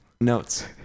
notes